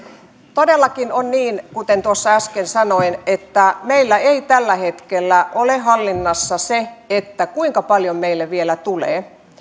todellakin on niin kuten äsken sanoin että meillä ei tällä hetkellä ole hallinnassa se kuinka paljon meille vielä tulee